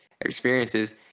experiences